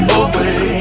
away